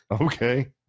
okay